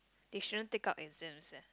they shouldn't take out exams eh